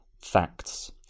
facts